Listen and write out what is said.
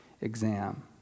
exam